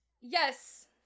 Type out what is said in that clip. Yes